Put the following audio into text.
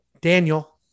Daniel